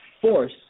force